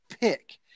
pick